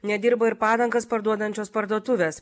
nedirba ir padangas parduodančios parduotuvės